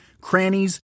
crannies